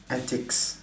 antics